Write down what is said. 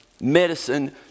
medicine